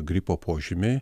gripo požymiai